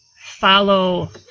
follow